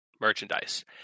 merchandise